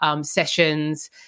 sessions